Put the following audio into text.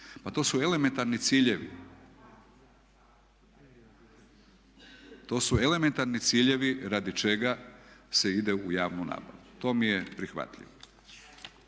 Pa to su elementarni ciljevi. To su elementarni ciljevi radi čega se ide u javnu nabavu. To mi je prihvatljivo.